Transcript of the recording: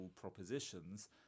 propositions